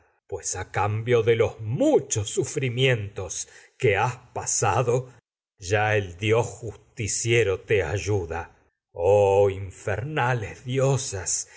pues a cambio de muchos sufrimientos has pasado ya el e dios justiciero fiera te ayuda